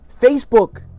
Facebook